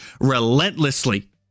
relentlessly